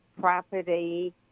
property